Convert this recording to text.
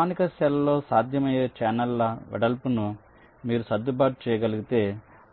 ప్రామాణిక సెల్లో సాధ్యమయ్యే ఛానెల్ల వెడల్పును మీరు సర్దుబాటు చేయగలిగితే